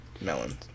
melons